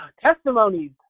testimonies